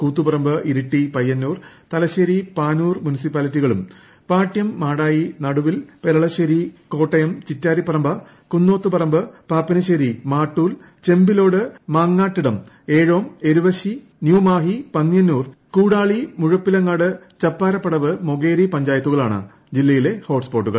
കൂത്തുപറമ്പ് ഇരിട്ടി പയ്യന്നൂർ തലശേരി പാനൂർ മുൻസിപ്പാലിറ്റികളും പാട്യം മാടായി നടുവിൽ പെരളശേരി കോട്ടയം ചിറ്റാരിപ്പറമ്പ കുന്നോത്തുപറമ്പ് പാപ്പിനിശ്ശേരി മാട്ടൂൽ ചെമ്പിലോട് മാങ്ങാട്ടിടം ഏഴോം എരുവേശ്ശി ന്യൂമാഹി പന്ന്യന്നൂർ കൂടാളി മുഴപ്പിലങ്ങാട് ചപ്പാരപ്പടവ് മൊകേരി പഞ്ചായത്തുകളുമാണ് ജില്ലയിലെ ഹോട്ട് സ്പോട്ടുകൾ